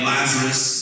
Lazarus